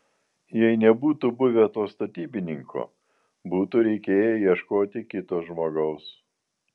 jei nebūtų buvę to statybininko būtų reikėję ieškoti kito žmogaus